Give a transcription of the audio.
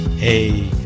Hey